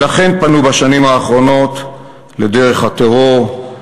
ולכן הם פנו בשנים האחרונות לדרך הטרור,